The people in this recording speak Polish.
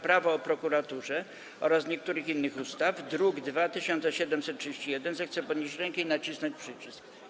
Prawo o prokuraturze oraz niektórych innych ustaw, druk nr 2731, zechce podnieść rękę i nacisnąć przycisk.